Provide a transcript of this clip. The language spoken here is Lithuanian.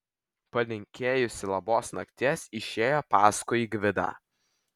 palinkėjusi labos nakties išėjo paskui gvidą